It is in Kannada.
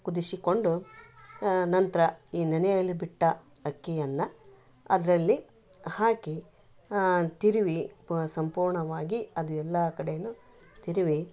ಕುದಿಸಿಕೊಂಡು ಆನಂತರ ಈ ನೆನೆಯಲು ಬಿಟ್ಟ ಅಕ್ಕಿಯನ್ನ ಅದರಲ್ಲಿ ಹಾಕಿ ತಿರುವಿ ಪು ಸಂಪೂರ್ಣವಾಗಿ ಅದು ಎಲ್ಲಾ ಕಡೆನು ತಿರುವಿ